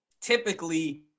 typically